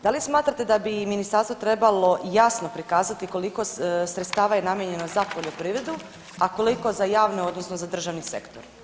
Da li smatrate da bi i ministarstvo trebalo jasno prikazati koliko sredstava je namijenjeno za poljoprivredu, a koliko za javne odnosno za državni sektor?